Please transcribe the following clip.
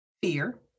Fear